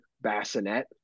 bassinet